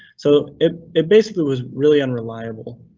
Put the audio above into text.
so it it basically was really unreliable,